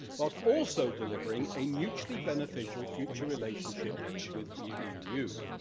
whilst also delivering a mutually beneficial future relationship with the eu.